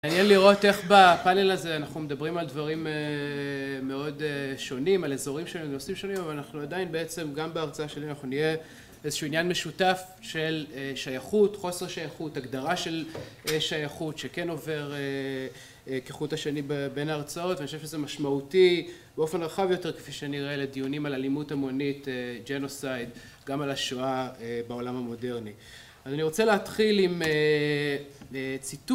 מעניין לראות איך בפאנל הזה אנחנו מדברים על דברים מאוד שונים, על אזורים שונים ונושאים שונים, אבל אנחנו עדיין בעצם גם בהרצאה שלי אנחנו נהיה איזשהו עניין משותף של שייכות, חוסר שייכות, הגדרה של שייכות, שכן עובר כחוט השני בין ההרצאות, ואני חושב שזה משמעותי באופן רחב יותר, כפי שנראה לדיונים על אלימות המונית, ג'נוסייד, גם על השואה בעולם המודרני. אני רוצה להתחיל עם ציטוט.